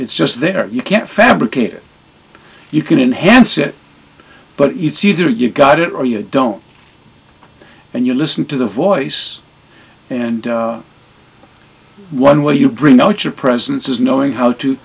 it's just there you can't fabricated you can enhance it but it's either you got it or you don't and you listen to the voice and one way you bring out your presence is knowing how to